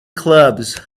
clubs